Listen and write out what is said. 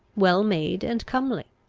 well made, and comely.